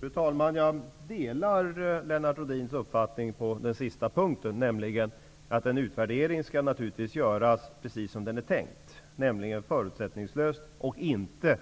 Fru talman! Jag delar Lennart Rohdins uppfattning på den sista punkten, att en utvärdering naturligtvis skall göras precis som den är tänkt, nämligen förutsättningslöst och så att den inte